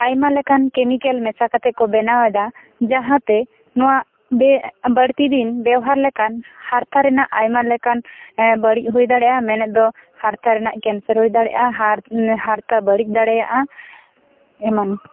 ᱟᱭᱢᱟ ᱞᱮᱠᱟᱱ ᱠᱮᱢᱤᱠᱮᱞ ᱢᱮᱥᱟ ᱠᱟᱛᱮ ᱠᱚ ᱵᱮᱱᱟᱣ ᱮᱫᱟ ᱡᱟᱦᱟᱸ ᱛᱮ ᱱᱚᱣᱟ ᱵᱮ ᱵᱟᱹᱲᱛᱤ ᱫᱤᱱ ᱵᱮᱣᱦᱟᱨ ᱞᱮᱠᱟᱱ ᱦᱟᱨᱛᱟ ᱨᱮᱱᱟᱜ ᱟᱭᱢᱟ ᱞᱮᱠᱟᱱ ᱵᱟᱹᱲᱤᱡ ᱦᱩᱭ ᱫᱟᱲᱮᱭᱟᱜᱼᱟ ᱢᱮᱱᱮᱫ ᱫᱚ ᱦᱟᱨᱛᱟ ᱨᱮᱱᱟᱜ ᱠᱮᱱᱥᱟᱨ ᱦᱩᱭ ᱫᱟᱲᱮᱭᱟᱜᱼᱟ ᱦᱟᱨ ᱦᱟᱨᱛᱟ ᱵᱟᱹᱲᱤᱡ ᱫᱟᱲᱮᱭᱟᱼᱟ ᱮᱢᱟᱱ